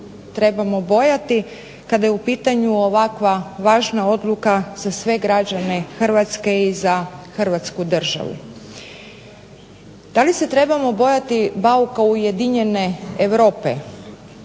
trebamo bojati kada je u pitanju ovakva važna odluka za sve građane Hrvatske i za Hrvatsku državu. Da li se trebamo bojati bauka ujedinjene Europe,